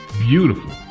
beautiful